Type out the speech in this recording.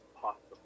possible